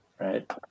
Right